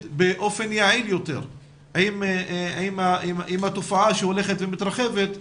באופן יעיל יותר עם התופעה שהולכת ומתרחבת,